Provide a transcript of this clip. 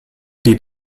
die